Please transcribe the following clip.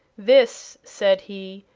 this, said he,